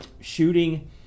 shooting